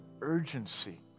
urgency